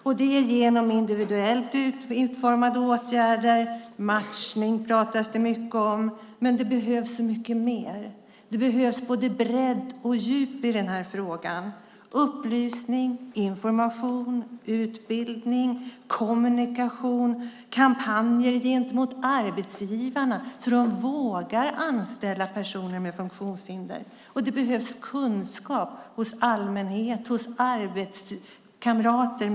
Det kan vara genom individuellt utformade åtgärder, och det pratas mycket om matchning. Men det behövs mycket mer. Det behövs både bredd och djup i den här frågan. Det behövs upplysning, information, utbildning, kommunikation och kampanjer gentemot arbetsgivarna så att de vågar anställa personer med funktionshinder. Det behövs kunskap hos allmänhet och arbetskamrater.